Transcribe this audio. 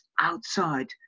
outside